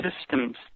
systems